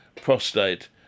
prostate